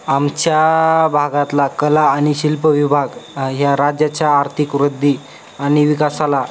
आमच्या भागातला कला आणि शिल्प विभाग ह्या राज्याच्या आर्थिक वृद्धी आणि विकासाला